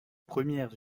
premières